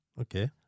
Okay